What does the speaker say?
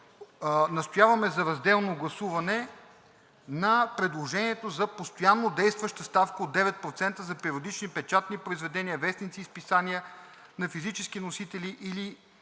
настояваме за разделно гласуване на предложението за постоянно действаща ставка от 9% за периодични печатни произведения, вестници и списания на физически носители или